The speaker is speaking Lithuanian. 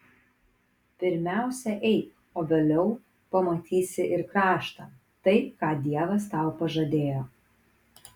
pirmiausia eik o vėliau pamatysi ir kraštą tai ką dievas tau pažadėjo